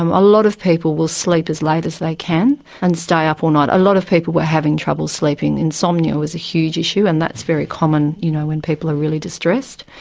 um a lot of people will sleep as late as they can and stay up all night. a lot of people were having trouble sleeping. insomnia was a huge issue and that's very common you know when people are really distressed.